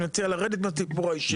אני מציע לרדת מהסיפור האישי.